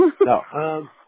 No